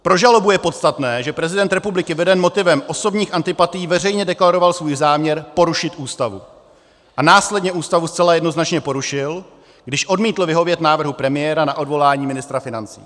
Pro žalobu je podstatné, že prezident republiky veden motivem osobních antipatií veřejně deklaroval svůj záměr porušit Ústavu a následně Ústavu zcela jednoznačně porušil, když odmítl vyhovět návrhu premiéra na odvolání ministra financí.